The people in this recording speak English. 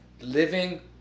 living